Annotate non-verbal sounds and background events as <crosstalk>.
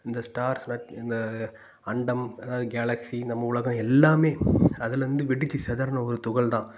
இந்த ஸ்டார்ஸ் <unintelligible> இந்த அண்டம் அதாவது கேலக்ஸி நம்ம உலகம் எல்லாமே அதிலேருந்து வெடித்து சிதறுன ஒரு துகள் தான்